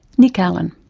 nick allen.